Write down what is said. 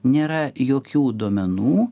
nėra jokių duomenų